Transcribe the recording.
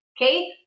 okay